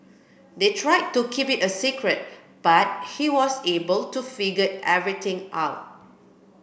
they tried to keep it a secret but he was able to figure everything out